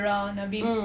mm